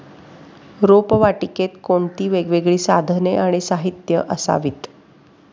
रोपवाटिकेत कोणती वेगवेगळी साधने आणि साहित्य असावीत?